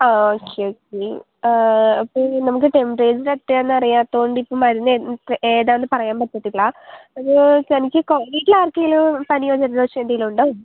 അ okay okay temperature എത്രയാന്ന് അറിയാത്തത് കൊണ്ട് നമുക്ക് മരുന്ന് ഏതാണെന്ന് പറയാൻ പറ്റത്തില്ല ഒരു തനിക്ക് വീട്ടിൽ ആർക്കെങ്കിലും പനി വന്നിട്ടുള്ള ലക്ഷണം എന്തെങ്കിലും ഉണ്ടോ